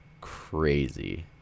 Crazy